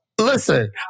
listen